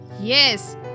yes